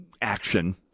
action